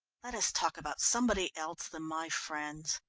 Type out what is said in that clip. let us talk about somebody else than my friends.